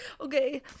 Okay